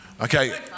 Okay